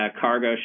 cargo